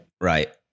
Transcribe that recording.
Right